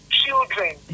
children